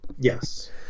Yes